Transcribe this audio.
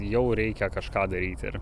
jau reikia kažką daryti ir